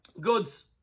goods